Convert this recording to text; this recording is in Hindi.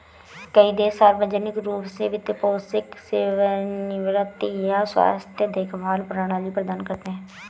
कई देश सार्वजनिक रूप से वित्त पोषित सेवानिवृत्ति या स्वास्थ्य देखभाल प्रणाली प्रदान करते है